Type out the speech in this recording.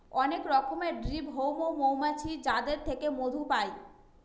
অনেক রকমের ব্রিড হৈমু মৌমাছির যাদের থেকে মধু পাই